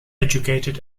educated